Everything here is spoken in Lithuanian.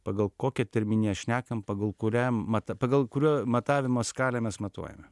pagal kokią terminiją šnekam pagal kuriam matą pagal kurio matavimo skalę mes matuojame